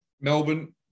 Melbourne